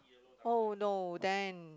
oh no then